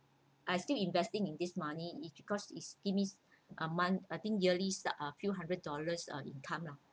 I'm still investing in this money because it gives me uh a month I think yearly start a few hundred dollars ah income lah